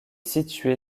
située